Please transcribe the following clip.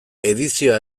edizioa